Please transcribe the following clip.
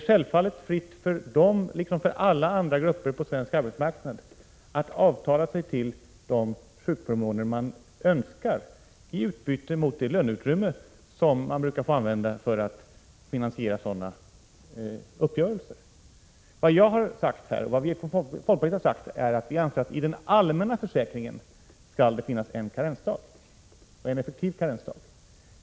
Självfallet är det fritt för dem liksom för alla andra grupper på svensk arbetsmarknad att avtala sig till de sjukförmåner man önskar i utbyte mot det löneutrymme som man brukar få använda för att finansiera sådana uppgörelser. Vad jag har sagt är att folkpartiet anser att det i den allmänna försäkringen skall finnas en effektiv karensdag.